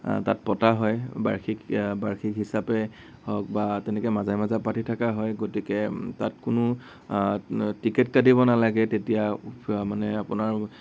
তাত পতা হয় বাৰ্ষিক বাৰ্ষিক হিচাপে হওক বা তেনেকে মাজে মাজে পাতি থকা হয় গতিকে তাত কোনো টিকেট কাটিব নেলাগে তেতিয়া মানে আপোনাৰ